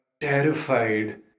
terrified